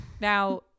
Now-